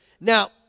Now